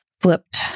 flipped